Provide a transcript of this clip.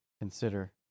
consider